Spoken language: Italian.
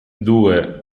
due